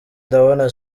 ndabona